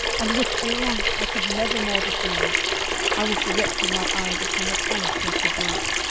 and which, alas! i could never more descend i was directing my eyes upon the palace where she dwelt,